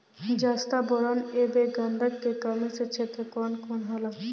जस्ता बोरान ऐब गंधक के कमी के क्षेत्र कौन कौनहोला?